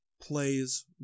Plays